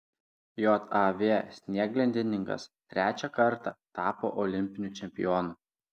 jav snieglentininkas trečią kartą tapo olimpiniu čempionu